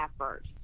effort